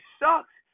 sucks